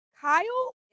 Kyle